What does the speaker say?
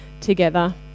together